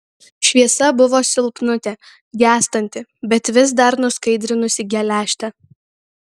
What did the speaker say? šviesa buvo silpnutė gęstanti bet vis dar nuskaidrinusi geležtę